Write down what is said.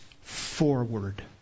forward